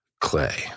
Clay